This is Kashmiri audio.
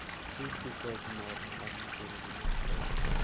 یوٗت توٗت روزٕ بہٕ نارمَل اَگر مےٚ کیٚنٛہہ رَنُن آسہِ گۄڈٕ